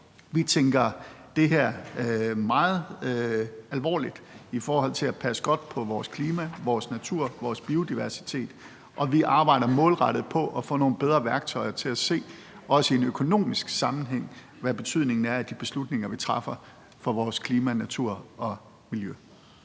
Vi tager det meget alvorligt at passe godt på vores klima, vores natur, vores biodiversitet, og vi arbejder målrettet på at få nogle bedre værktøjer til at se, også i en økonomisk sammenhæng, hvad betydningen er af de beslutninger, vi træffer, for vores klima, natur og miljø.